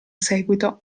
seguito